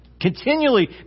continually